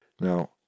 Now